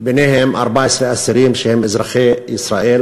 ביניהם 14 אסירים שהם אזרחי ישראל,